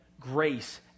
grace